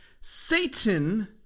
Satan